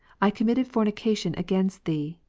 i committed fornication against thee,